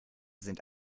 sind